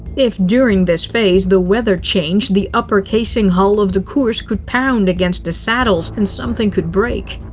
if, during this phase, the weather changed, the upper casing hull of the kursk could pound against the saddles, and something could break.